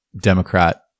democrat